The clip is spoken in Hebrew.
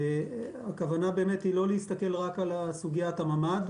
הכוונה היא לא להסתכל רק על סוגיית הממ"ד,